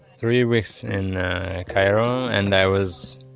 three weeks in cairo and i was,